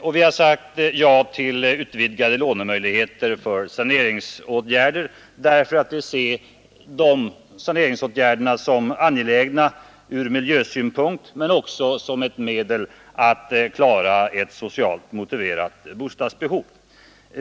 Vi har också sagt ja till utvidgade lånemöjligheter för sanering därför att vi ser ombyggnad av äldre hus som angelägna ur miljösynpunkt men också som ett medel att klara ett socialt motiverat bostadsbehov.